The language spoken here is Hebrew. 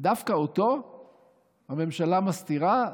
ודווקא אותו הממשלה מסתירה,